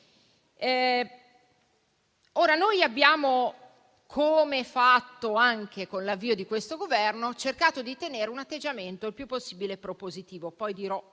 Come abbiamo fatto anche con l'avvio di questo Governo, abbiamo cercato di tenere un atteggiamento il più possibile propositivo (dirò